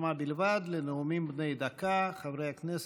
16:00 תוכן העניינים נאומים בני דקה 4 חמד